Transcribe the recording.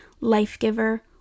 Life-giver